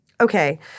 Okay